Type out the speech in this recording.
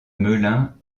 melun